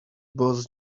boss